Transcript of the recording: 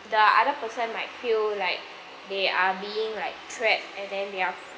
the other person might feel like they are being like trapped and then they are